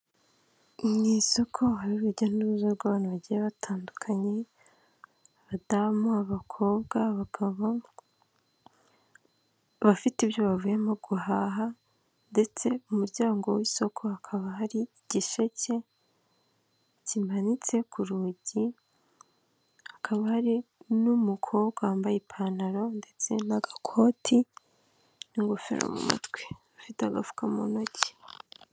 Mu isoko hari urujya n'uruza rw'abantu bagiye batandukanye :abadamu, abakobwa, abagabo ,abafite ibyo bavuyemo guhaha ndetse ku umuryango w'isoko hakaba hari igisheke kimanitse ku rugi, hakaba hari n'umukobwa wambaye ipantaro ndetse n'agakoti n'ingofero mu mutwe ufite agafuka mu ntoki.